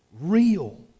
real